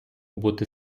бути